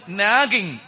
nagging